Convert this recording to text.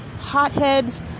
Hotheads